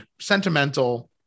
sentimental